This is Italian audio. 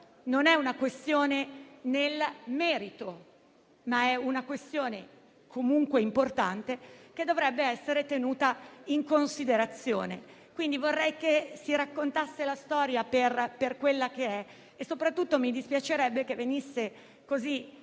non è una questione di merito, ma è una questione comunque importante, che dovrebbe essere tenuta in considerazione. Quindi vorrei che si raccontasse la storia per quella che è e soprattutto mi dispiacerebbe che venisse